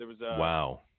Wow